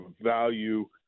value